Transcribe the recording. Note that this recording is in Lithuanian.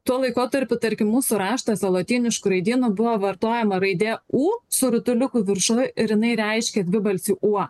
tuo laikotarpiu tarkim mūsų raštuose lotynišku raidynu buvo vartojama raidė u su rutuliuku viršuj ir jinai reiškė dvibalsį uo